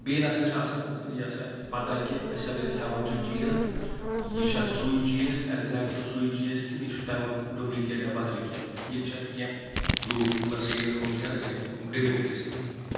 بیٚیہِ نَسا چھِ آسَان یہِ ہَسا پَتہ کہِ أسۍ اگر ہیٚوان چھِ چیٖز یہِ چھُ اَتھ سُے چیٖز اؠکزیکٹ سُے چیٖز کِنہٕ یہِ چھُ تَمیُک ڈُپلِکیٹ یا بَدل کینٛہہ یِم چھِ اَتھ کینٛہہ لوٗپ یہِ ہُم تہِ حظ ڈِمیرِٹٕس تہِ